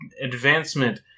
advancement